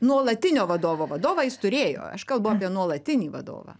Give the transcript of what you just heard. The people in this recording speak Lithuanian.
nuolatinio vadovo vadovą jis turėjo aš kalbu apie nuolatinį vadovą